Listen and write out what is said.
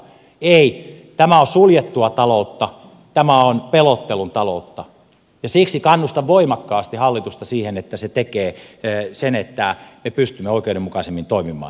ei tämä on suljettua taloutta tämä on pelottelun taloutta ja siksi kannustan voimakkaasti hallitusta siihen että se tekee niin että me pystymme oikeudenmukaisemmin toimimaan